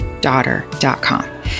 daughter.com